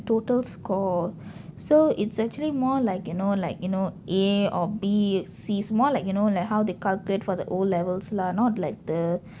total score so it's actually more like you know like you know A or B C it's more like you know like how they calculate for the O levels lah not like the